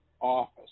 office